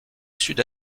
sud